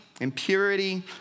impurity